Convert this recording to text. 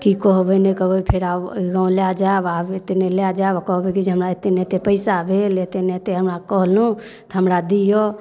की कहबै नहि कहबै ओइ फेरामे लए जायब आओर लए जायब आब एते नहि लए जायब आओर कहबै की जे हमरा एते ने एते पैसा भेल एते नहि एते हमरा कहलहुँ तऽ हमरा दिऽ